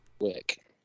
Quick